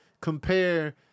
compare